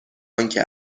آنکه